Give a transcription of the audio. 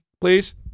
please